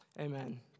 Amen